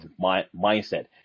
mindset